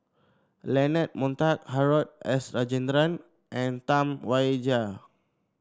Leonard Montague Harrod S Rajendran and Tam Wai Jia